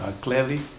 clearly